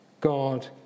God